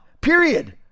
Period